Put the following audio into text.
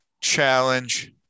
challenge